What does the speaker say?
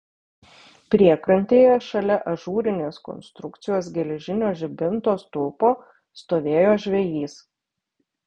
priekrantėje šalia ažūrinės konstrukcijos geležinio žibinto stulpo stovėjo žvejys